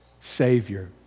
Savior